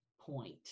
point